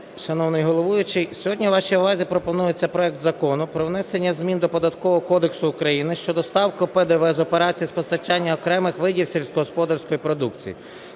шановний головуючий! Сьогодні вашій увазі пропонується проект Закону про внесення змін до Податкового кодексу України щодо ставки ПДВ з операцій з постачання окремих видів сільськогосподарської продукції.